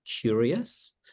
curious